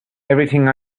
everything